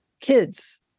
kids